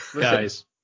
Guys